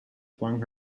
flung